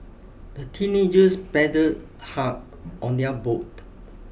the teenagers paddled hard on their boat